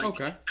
Okay